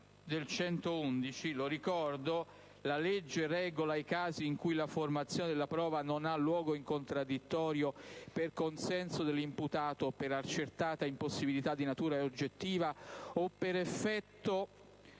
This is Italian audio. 111 che impone alla legge di regolare «i casi in cui la formazione della prova non ha luogo in contraddittorio per consenso dell'imputato o per accertata impossibilità di natura oggettiva o per effetto